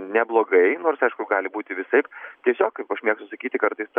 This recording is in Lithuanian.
neblogai nors aišku gali būti visaip tiesiog kaip aš mėgstu sakyti kartais ta